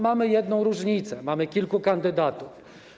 Mamy jedną różnicę: mamy kilku kandydatów.